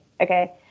Okay